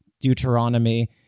Deuteronomy